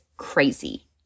crazy